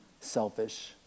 selfish